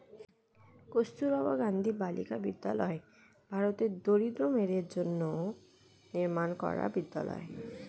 কস্তুরবা গান্ধী বালিকা বিদ্যালয় ভারতের দরিদ্র মেয়েদের জন্য নির্মাণ করা বিদ্যালয়